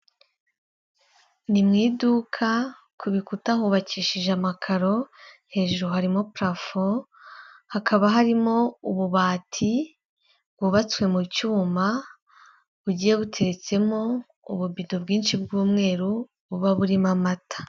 Ni mu iduka ku bikuta hubakishije amakaro, hejuru harimo purafo, hakaba harimo ububati bwubatswe mu cyuma bugiye butetsemo ububido bwinshi bw'umweru, buba burimo amata.